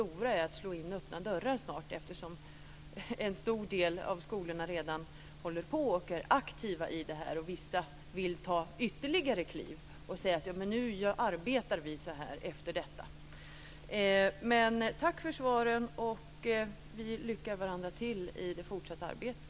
Då kan det handla om att slå in öppna dörrar, eftersom en stor del av skolorna redan är aktiva i detta. Vissa av dem vill ta ytterligare kliv. De arbetar redan efter detta. Tack för svaren. Vi önskar varandra lycka till i det fortsatta arbetet.